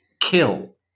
kill